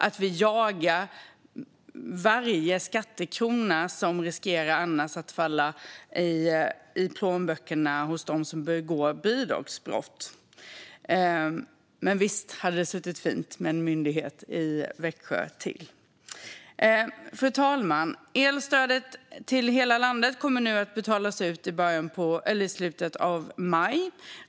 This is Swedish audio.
Vi ska jaga varje skattekrona som annars riskerar att hamna i plånböckerna hos dem som begår bidragsbrott. Men visst hade det suttit fint med en myndighet till i Växjö. Fru talman! Elstödet till hela landet kommer nu att betalas ut i slutet av maj.